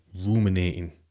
ruminating